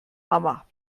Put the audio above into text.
hammer